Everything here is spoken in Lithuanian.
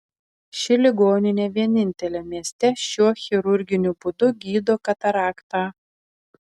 ši ligoninė vienintelė mieste šiuo chirurginiu būdu gydo kataraktą